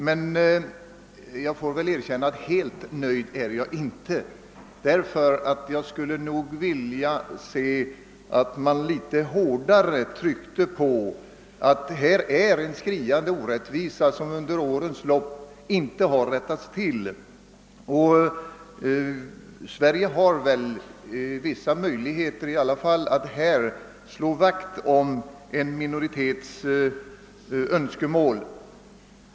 Men helt nöjd är jag inte, ty jag skulle gärna vilja att man något hårdare tryckte på att det härvidlag är en skriande orättvisa som man under årens lopp inte kunnat råda bot på. Sverige har väl i alla fall vissa möjligheter att slå vakt om en minoritets intressen.